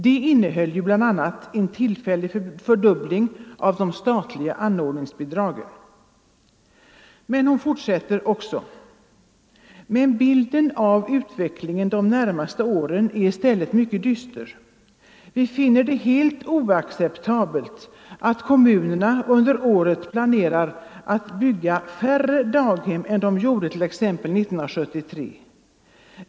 Det innehöll bl.a. en tillfällig fördubbling av de statliga anordningsbidragen.” Men hon fortsätter också: ”Men bilden av utvecklingen de närmaste åren är i stället mycket dyster. Vi finner det helt oacceptabelt, att kommunerna under det kommande året planerar att bygga färre daghem än de gjorde t.ex. år 1973.